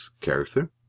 character